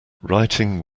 writing